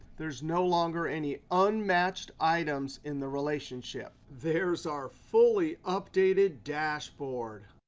there's no longer any unmatched items in the relationship. there's our fully-updated dashboard.